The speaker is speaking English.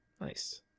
Nice